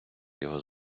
його